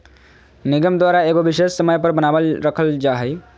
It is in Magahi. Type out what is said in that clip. निगम द्वारा एगो विशेष समय पर बनाल रखल जा हइ